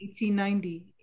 1890